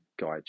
guide